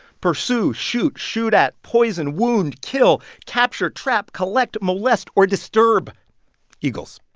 pursue, shoot, shoot at, poison, wound, kill, capture, trap, collect, molest or disturb eagles.